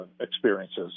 experiences